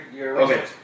Okay